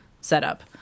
setup